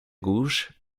rouges